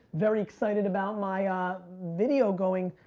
very excited about my ah video going,